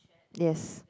yes